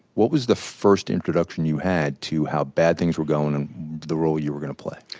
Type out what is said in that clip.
what was the first introduction you had to how bad things were going and the role you were going to play?